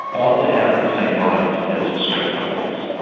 ought to have the same rights as straight couples.